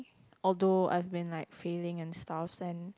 although I've been like failing and stuff and